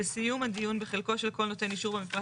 בסיום הדיון בחלקו של כל נותן אישור במפרט